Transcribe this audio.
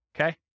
Okay